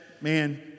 man